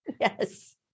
Yes